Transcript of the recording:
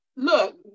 look